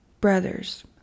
Brothers